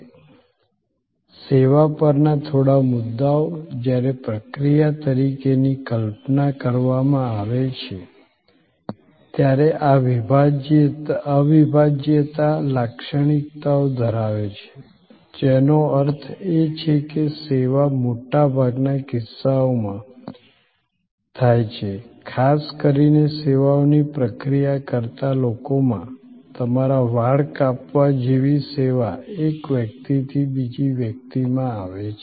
પ્રક્રિયાઓ સેવા પરના થોડા મુદ્દાઓ જ્યારે પ્રક્રિયા તરીકે કલ્પના કરવામાં આવે છે ત્યારે આ અવિભાજ્યતા લાક્ષણિકતાઓ ધરાવે છે જેનો અર્થ છે કે સેવા મોટા ભાગના કિસ્સાઓમાં થાય છે ખાસ કરીને સેવાઓની પ્રક્રિયા કરતા લોકોમાં તમારા વાળ કાપવા જેવી સેવા એક વ્યક્તિથી બીજી વ્યક્તિમાં આવે છે